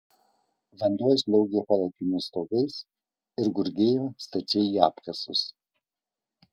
vanduo žliaugė palapinių stogais ir gurgėjo stačiai į apkasus